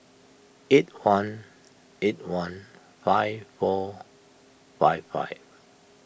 eight one eight one five four five five